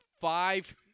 five